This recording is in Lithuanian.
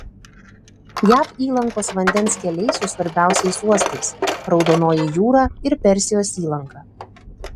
jav įlankos vandens keliai su svarbiausiais uostais raudonoji jūra ir persijos įlanka